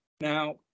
Now